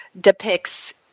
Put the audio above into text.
depicts